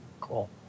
Cool